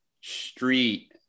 street